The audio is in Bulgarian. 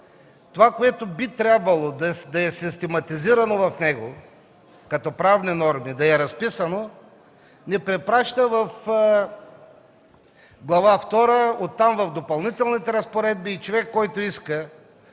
това, което би трябвало да е систематизирано като правни норми, да е разписано, ни препраща в Глава втора, оттам в Допълнителните разпоредби. Човек, който иска